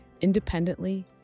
independently